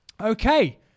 okay